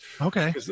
Okay